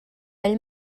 ell